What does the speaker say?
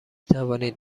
توانید